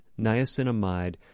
niacinamide